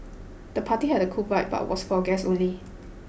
the party had a cool vibe but was for guests only